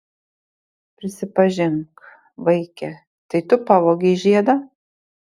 prisipažink vaike tai tu pavogei žiedą